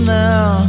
now